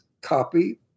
copy